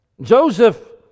Joseph